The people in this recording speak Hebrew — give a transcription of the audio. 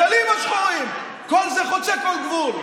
והדגלים השחורים, כל זה חוצה כל גבול.